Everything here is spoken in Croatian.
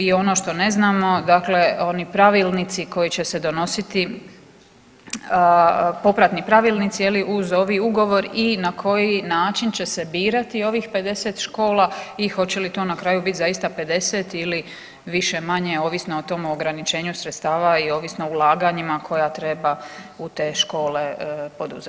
I ono što ne znamo, dakle oni pravilnici koji će se donositi, popratni pravilnici je li uz ovi ugovor i na koji način će se birati ovih 50 škola i hoće li to na kraju biti zaista 50 ili više-manje ovisno o tom ograničenju sredstava i ovisno o ulaganjima koja treba u te škole poduzeti.